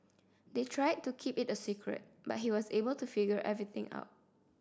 they tried to keep it a secret but he was able to figure everything out